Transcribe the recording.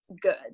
good